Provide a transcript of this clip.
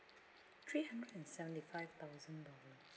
three hundred and seventy five thousand dollar